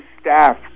staff